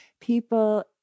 people